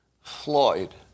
Floyd